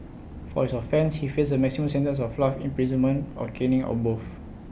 for his offence he faced A maximum sentence of life imprisonment or caning or both